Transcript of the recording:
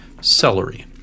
celery